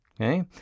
Okay